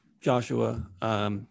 Joshua